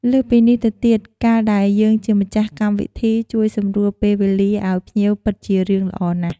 លើសពីនេះទៅទៀត កាលដែលយើងជាម្ចាស់កម្មវិធីជួយសម្រួលពេលវេលាឲ្យភ្ញៀវពិតជារឿងល្អណាស់។